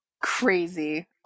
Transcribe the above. crazy